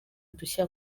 udushya